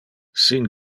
sin